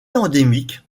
endémique